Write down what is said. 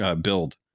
build